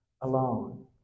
alone